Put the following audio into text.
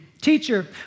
Teacher